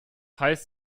heißt